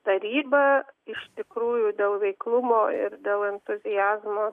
taryba iš tikrųjų dėl veiklumo ir dėl entuziazmo